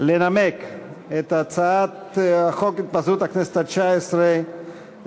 לנמק את הצעת חוק התפזרות הכנסת התשע-עשרה,